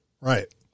right